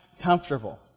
comfortable